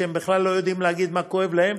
שבכלל לא יודעים להגיד מה כואב להם,